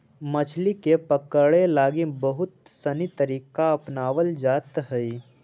मछली के पकड़े लगी बहुत सनी तरीका अपनावल जाइत हइ